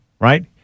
Right